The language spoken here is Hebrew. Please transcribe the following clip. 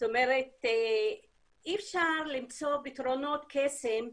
זאת אומרת אי אפשר למצוא פתרונות קסם,